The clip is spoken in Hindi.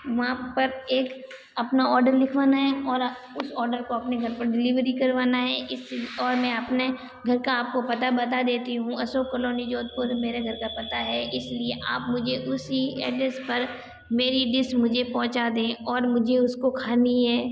वहाँ पर एक अपना ऑर्डर लिखवाना है और उस ऑर्डर को अपने घर पर डिलिवरी करवाना है और मैं अपने घर का आपको पता बता देती हूँ अशोक कॉलोनी जोधपुर मेरे घर का पता है इसलिए आप मुझे उसी एड्रेस पर मेरी डिस मुझे पहुँचा दें और मुझे उसको खानी है